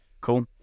Cool